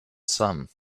some